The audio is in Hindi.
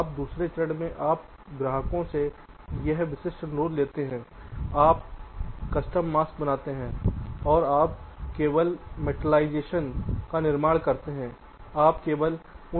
अब दूसरे चरण में आप ग्राहकों से यह विशिष्ट अनुरोध लेते हैं आप कस्टम मास्क बनाते हैं और आप केवल मेटलिज़ेशन्स का निर्माण करते हैं